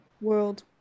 World